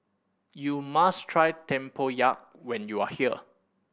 you must try tempoyak when you are here